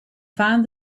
found